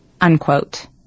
Unquote